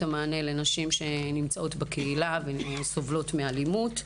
המענה לנשים שנמצאות בקהילה וסובלות מאלימות.